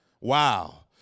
Wow